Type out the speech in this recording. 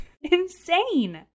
Insane